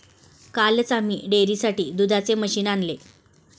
कालच आम्ही डेअरीसाठी दुधाचं मशीन आणलं